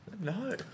No